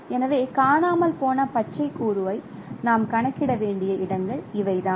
எனவே காணாமல் போன பச்சை கூறு ஐ நாம் கணக்கிட வேண்டிய இடங்கள் இவை தான்